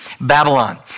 Babylon